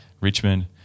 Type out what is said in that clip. Richmond